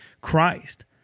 Christ